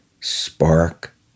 spark